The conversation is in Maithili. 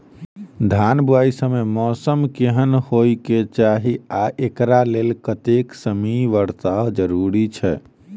धान बुआई समय मौसम केहन होइ केँ चाहि आ एकरा लेल कतेक सँ मी वर्षा जरूरी छै?